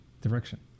direction